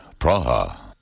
Praha